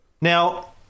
Now